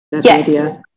Yes